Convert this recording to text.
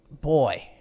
Boy